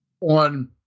on